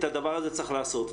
את הדבר הזה צריך לעשות.